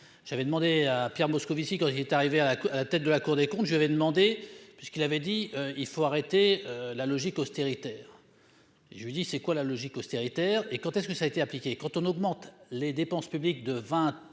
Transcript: j'avais demandé à Pierre Moscovici quand il est arrivé à la tête de la Cour des comptes, je vais demander puisqu'il avait dit : il faut arrêter la logique austéritaire, je lui dis : c'est quoi la logique austéritaire et quand est-ce que ça a été appliqué quand on augmente les dépenses publiques de 20